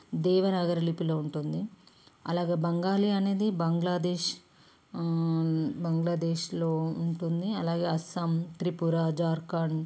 దేవనాగరి లిపిలో ఉంటుంది అలాగే బెంగాలి అనేది బంగ్లాదేశ్ బంగ్లాదేశ్లో ఉంటుంది అలాగే అస్సాం త్రిపుర జార్ఖండ్